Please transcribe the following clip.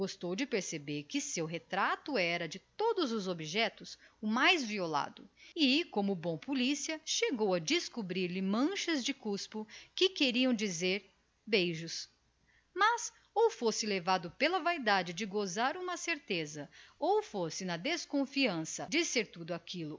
gostou de perceber que seu retrato era de todos os objetos o mais violado e como bom polícia chegou a descobrir lhe manchas de saliva que significavam beijos mas ou fosse levado pela curiosidade ou fosse na desconfiança de ser tudo aquilo